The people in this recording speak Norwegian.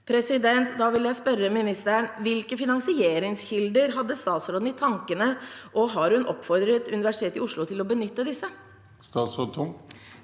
budsjett.» Da vil jeg spørre statsråden: Hvilke finansieringskilder hadde hun i tankene, og har hun oppfordret Universitetet i Oslo til å benytte disse? Statsråd